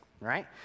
right